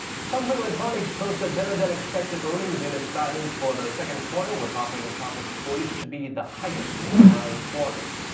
samsung electronics posted better-than-expected earnings in its guidance for the second quarter with operating profits poised to be the highest in nine quarters.